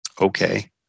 Okay